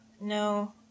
No